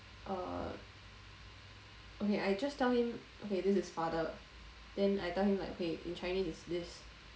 err okay I just tell him okay this is father then I tell him like in chinese is this